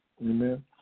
Amen